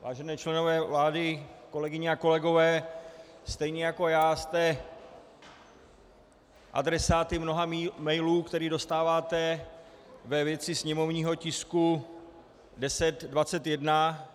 Vážení členové vlády, kolegyně a kolegové, stejně jako já jste adresáty mnoha mailů, které dostáváte ve věci sněmovního tisku 1021.